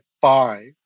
five